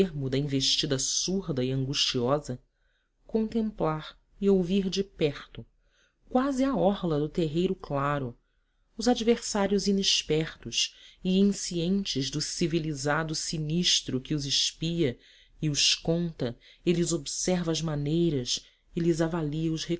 termo da investida surda e angustiosa contemplar e ouvir de perto quase à orla do terreiro claro os adversários inexpertos e inscientes do civilizado sinistro que os espia e os conta e lhes observa as maneiras e lhes avalia os